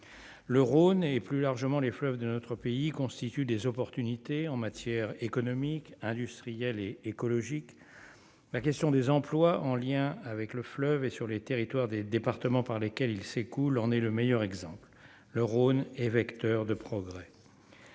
le Rhône et plus largement les fleuves de notre pays constituent des opportunités en matière économique, industriel et écologique, la question des emplois en lien avec le fleuve et sur les territoires des départements, par lesquels il s'écoule en est le meilleur exemple le Rhône est vecteur de progrès.